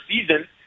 season